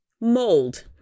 mold